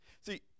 See